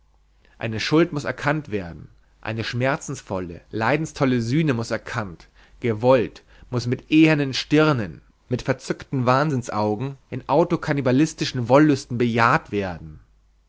eine schuld muß erkannt werden eine schmerzensvolle leidenstolle sühne muß erkannt gewollt muß mit ehernen stirnen mit verzückten wahnsinnsaugen in autokannibalistischen wollüsten bejaht werden